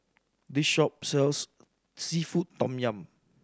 this shop sells seafood tom yum